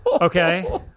Okay